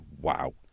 wow